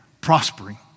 prospering